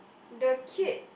the kid